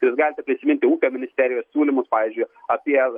jūs galite prisiminti ūkio ministerijos siūlymus pavyzdžiui apie